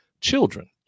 children